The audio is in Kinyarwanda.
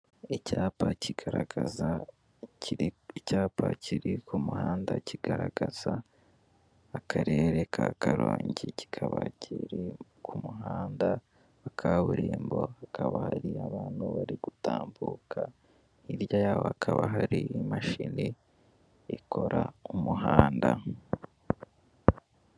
Icyapa kigaragaza, kiri icyapa kiri ku muhanda kigaragaza Akarere ka Karongi, kikaba kiri ku muhanda wa kaburimbo, hakaba hari abantu bari gutambuka, hirya yabo hakaba hari imashini ikora umuhanda.